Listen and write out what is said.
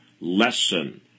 lesson